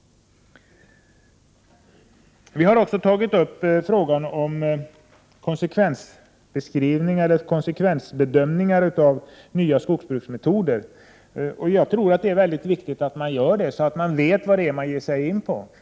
Vi har också tagit upp frågan om konsekvensbeskrivningar av nya skogsbruksmetoder. Jag tror att det är viktigt att man gör sådana konsekvensbeskrivningar, så att man vet vad det är man ger sig in på.